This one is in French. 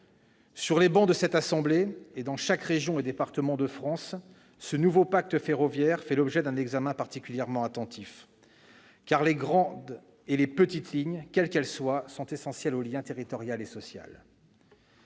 Sur les travées de la Haute Assemblée et dans chaque région et chaque département de France, ce nouveau pacte ferroviaire fait l'objet d'un examen particulièrement attentif, car les grandes et les petites lignes, quelles qu'elles soient, sont essentielles au lien territorial et social.